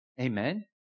Amen